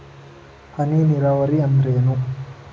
ಹನಿ ನೇರಾವರಿ ಅಂದ್ರೇನ್ರೇ?